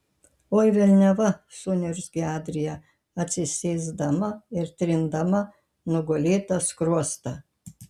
oi velniava suniurzgė adrija atsisėsdama ir trindama nugulėtą skruostą